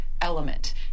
element